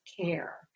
care